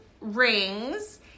rings